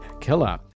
Killer